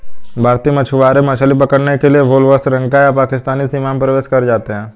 भारतीय मछुआरे मछली पकड़ने के लिए भूलवश श्रीलंका या पाकिस्तानी सीमा में प्रवेश कर जाते हैं